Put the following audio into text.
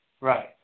Right